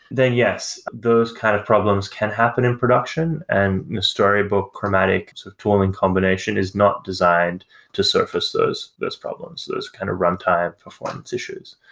then yes, those kind of problems can happen in production and your storybook chromatic tooling combination is not designed to surface those those problems, those kind of runtime performance issues.